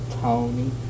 Tony